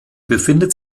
befindet